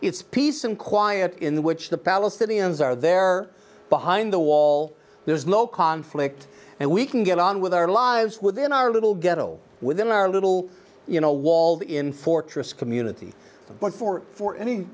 it's peace and quiet in which the palestinians are there behind the wall there's no conflict and we can get on with our lives within our little ghetto within our little you know walled in fortress community but for for any